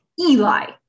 eli